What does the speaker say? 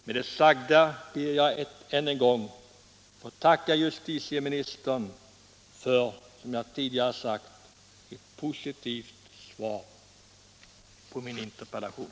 Med det sagda ber jag än en gång att få tacka justitieministern för ett positivt svar på min interpellation.